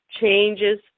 changes